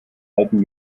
alten